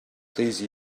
please